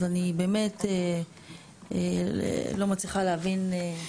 אז אני באמת לא מצליחה להבין.